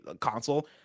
console